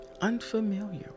Unfamiliar